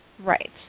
Right